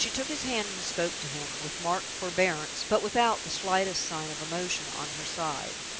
she took his hand and spoke to him with marked forbearance, but without the slightest sign of emotion on her side.